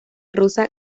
rosa